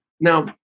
Now